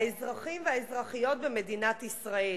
האזרחים והאזרחיות במדינת ישראל.